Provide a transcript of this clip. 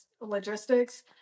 logistics